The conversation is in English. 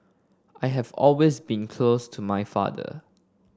I have always been close to my father